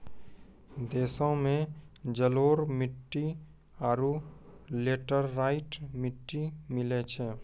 देशो मे जलोढ़ मट्टी आरु लेटेराइट मट्टी मिलै छै